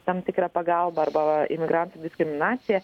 tam tikrą pagalbą arba imigrantų diskriminacija